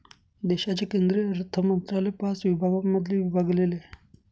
देशाचे केंद्रीय अर्थमंत्रालय पाच विभागांमध्ये विभागलेले आहे